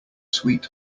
sweet